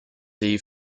eve